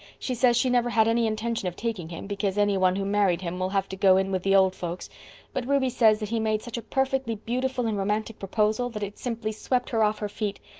she says she never had any intention of taking him, because any one who married him will have to go in with the old folks but ruby says that he made such a perfectly beautiful and romantic proposal that it simply swept her off her feet.